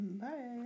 Bye